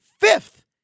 fifth